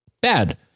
bad